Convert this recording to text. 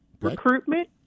recruitment